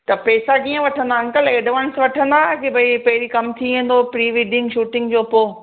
त पैसा कीअं वठंदा अंकल एडवांस वठंदा कि भई पहिरीं कमु थी वेंदो प्रीविडिंग शूटिंग जो पोइ